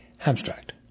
Abstract